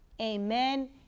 amen